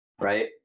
right